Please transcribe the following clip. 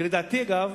כי, לדעתי, אגב,